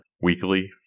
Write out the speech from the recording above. Weekly